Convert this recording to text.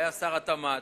שהיה שר התמ"ת,